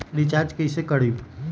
Recharge कैसे करीब?